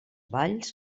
valls